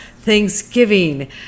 thanksgiving